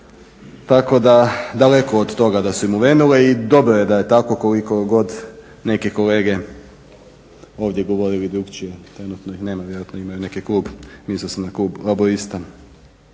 Tako da daleko od toga da su im uvenule i dobro je da je tako koliko god neki kolege ovdje govorili drukčije. Trenutno ih nema, vjerojatno imaju neki klub. Mislio sam na klub laburista.